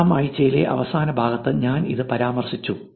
ആറാം ആഴ്ചയിലെ അവസാന ഭാഗത്ത് ഞാൻ ഇത് പരാമർശിച്ചു